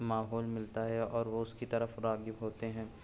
ماحول ملتا ہے اور وہ اس کی طرف راغب ہوتے ہیں